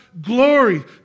glory